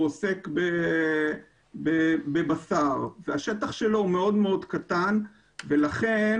עוסק בבשר והשטח שלו מאוד מאוד קטן ולכן